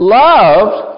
loved